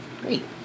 Great